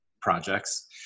projects